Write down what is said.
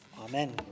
Amen